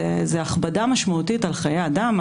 זו הכבדה משמעותית על חיי אדם,